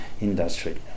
industry